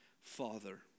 father